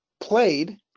played